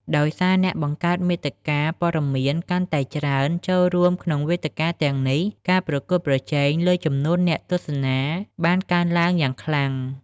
ដោយសារអ្នកបង្កើតមាតិកាព័ត៌មានកាន់តែច្រើនចូលរួមក្នុងវេទិកាទាំងនេះ ការប្រកួតប្រជែងលើចំនួនអ្នកទស្សនាបានកើនឡើងយ៉ាងខ្លាំង។